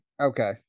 Okay